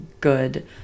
good